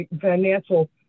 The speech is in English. financial